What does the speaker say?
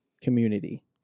community